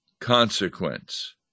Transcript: consequence